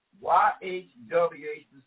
Y-H-W-H